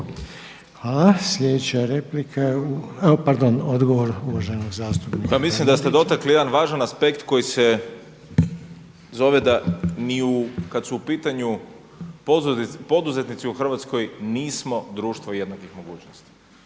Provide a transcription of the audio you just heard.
**Bernardić, Davor (SDP)** Pa mislim da ste dotakli jedan važan aspekt koji se zove da ni u, kada su u pitanju poduzetnici u Hrvatskoj nismo društvo jednakih mogućnosti.